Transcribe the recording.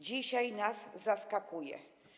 Dzisiaj nas zaskakuje.